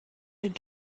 den